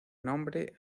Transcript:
nombre